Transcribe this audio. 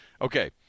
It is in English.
Okay